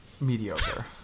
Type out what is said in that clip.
mediocre